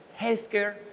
healthcare